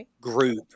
group